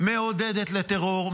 מעודדת לטרור,